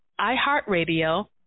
iHeartRadio